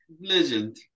legend